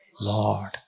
Lord